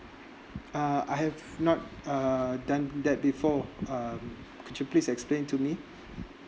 uh I have not uh done that before um could you please explain to me